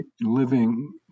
living